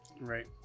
right